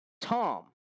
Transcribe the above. Tom